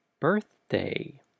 birthday